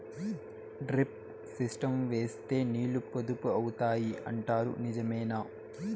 Drip system వేస్తే నీళ్లు పొదుపు అవుతాయి అంటారు నిజమేనా?